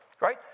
Right